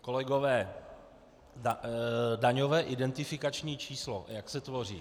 Kolegové, daňové identifikační číslo, jak se tvoří.